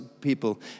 people